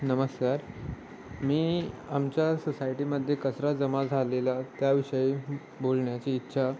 नमस्कार मी आमच्या सोसायटीमध्ये कचरा जमा झालेला त्याविषयी बोलण्याची इच्छा